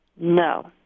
No